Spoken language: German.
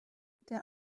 der